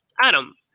Adam